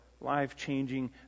life-changing